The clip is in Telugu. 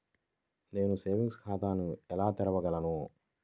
నేను సేవింగ్స్ ఖాతాను ఎలా తెరవగలను?